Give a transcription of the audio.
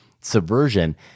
subversion